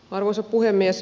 arvoisa puhemies